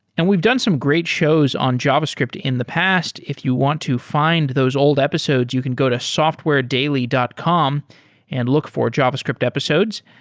and we've done some great shows on javascript in the past. if you want to find those old episodes, you can go to softwaredaily dot com and look for javascript episodes.